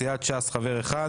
סיעת ש"ס חבר אחד,